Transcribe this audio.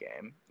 game